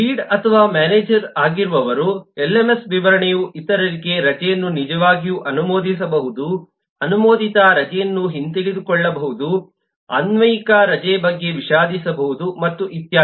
lead ಅಥವಾ manager ಆಗಿರುವವರು LMS ವಿವರಣೆಯು ಇತರರಿಗೆ ರಜೆಯನ್ನು ನಿಜವಾಗಿಯೂ ಅನುಮೋದಿಸಬಹುದು ಅನುಮೋದಿತ ರಜೆಯನ್ನು ಹಿಂತೆಗೆದುಕೊಳ್ಳಬಹುದು ಅನ್ವಯಿಕ ರಜೆ ಬಗ್ಗೆ ವಿಷಾದಿಸಬಹುದು ಮತ್ತು ಇತ್ಯಾದಿ